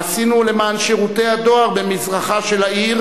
מה עשינו למען שירותי הדואר במזרחה של העיר,